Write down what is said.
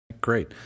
Great